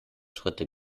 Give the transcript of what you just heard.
schritte